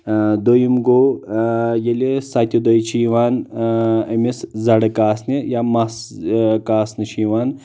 دویِم گوٚو ییٚلہِ ستہِ دُہۍ چھِ یِوان أمِس زرٕ کاسنہِ یا مس کاسنہِ چھُ یِوان